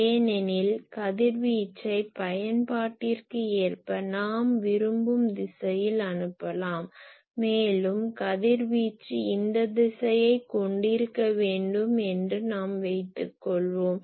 ஏனெனில் கதிர்வீச்சை பயன்பாட்டிற்கு ஏற்ப நாம் விரும்பும் திசையில் அனுப்பலாம் மேலும் கதிர்வீச்சு இந்த திசையைக் கொண்டிருக்க வேண்டும் என்று நாம் வைத்துக் கொள்ளலாம்